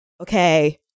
okay